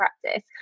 practice